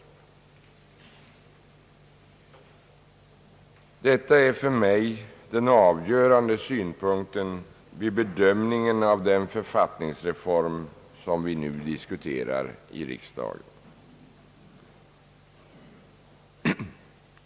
Detta är för mig den avgörande synpunkten vid bedömningen av den författningsreform som vi nu diskuterar i riksdagen.